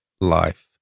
life